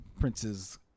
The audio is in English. Prince's